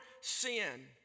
sin